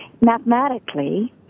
mathematically